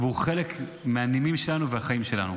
והוא חלק מהעניינים שלנו והחיים שלנו.